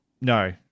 no